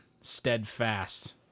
steadfast